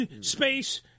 space